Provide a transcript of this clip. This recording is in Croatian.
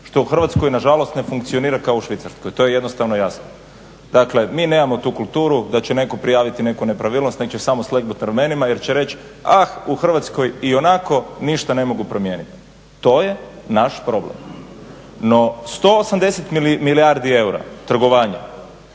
što u Hrvatskoj nažalost ne funkcionira kao u Švicarskoj to je jednostavno jasno. Dakle mi nemamo tu kulturu da će netko prijaviti neku nepravilnost nego će samo slegnuti ramenima jer će reći ah u Hrvatskoj ni onako ništa ne mogu promijeniti. To je naš problem. No 180 milijardi eura trgovanja